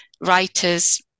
writers